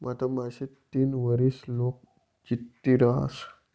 मधमाशी तीन वरीस लोग जित्ती रहास